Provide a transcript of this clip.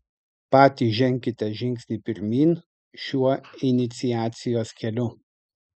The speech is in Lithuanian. patys ženkite žingsnį pirmyn šiuo iniciacijos keliu